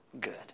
good